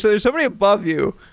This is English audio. there's somebody above you.